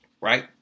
Right